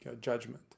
judgment